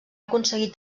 aconseguir